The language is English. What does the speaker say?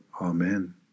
Amen